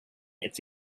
its